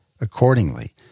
accordingly